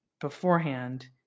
beforehand